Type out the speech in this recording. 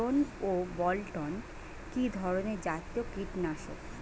গোলন ও বলটন কি ধরনে জাতীয় কীটনাশক?